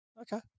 Okay